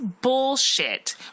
bullshit